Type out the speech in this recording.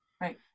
Right